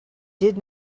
did